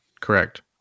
Correct